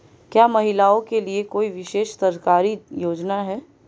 क्या महिलाओं के लिए कोई विशेष सरकारी योजना है?